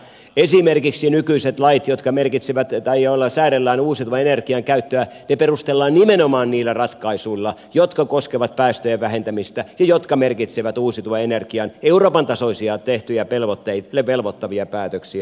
esimerkiksi nykyiset lait joilla säädellään uusiutuvan energian käyttöä perustellaan nimenomaan niillä ratkaisuilla jotka koskevat päästöjen vähentämistä ja jotka merkitsevät uusiutuvan energian euroopan tasoisia tehtyjä velvoittavia päätöksiä